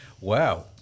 wow